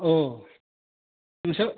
अह नोंसो